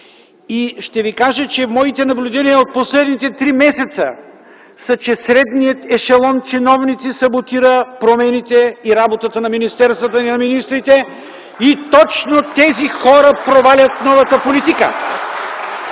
работата. Моите наблюдения от последните 3 месеца са, че средният ешелон чиновници саботира промените и работата на министерствата и на министрите и точно тези хора провалят новата политика.